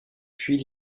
puis